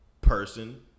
person